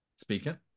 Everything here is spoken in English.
speaker